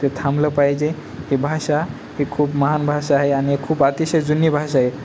ते थांबलं पाहिजे ही भाषा ही खूप महान भाषा आहे आणि खूप अतिशय जुनी भाषाआहे